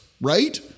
right